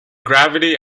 gravity